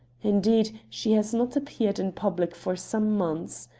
indeed, she has not appeared in public for some months.